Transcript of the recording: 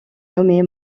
nommé